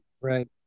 Right